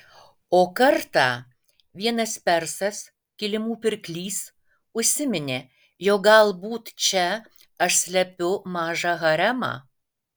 o kartą vienas persas kilimų pirklys užsiminė jog galbūt čia aš slepiu mažą haremą